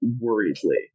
worriedly